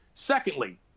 Secondly